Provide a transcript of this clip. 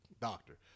doctor